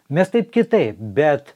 mes taip kitaip bet